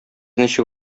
ничек